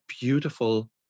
beautiful